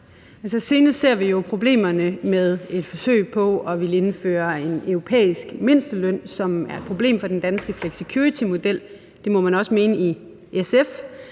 senest har vi jo set problemerne med et forsøg på at ville indføre en europæisk mindsteløn, som er et problem for den danske flexicuritymodel – det må man også mene i SF